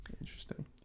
Interesting